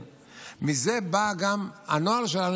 מזה בא גם הנוהל שלנו,